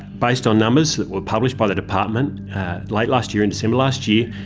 based on numbers that were published by the department late last year, in december last year,